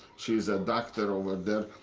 she is a doctor over there.